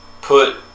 put